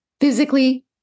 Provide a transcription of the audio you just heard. physically